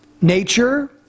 nature